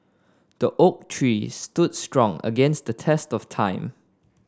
the oak tree stood strong against the test of time